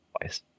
twice